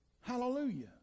Hallelujah